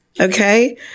okay